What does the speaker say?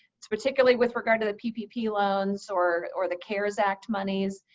particularly with regard to the ppp loans or or the cares act moneys,